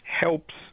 helps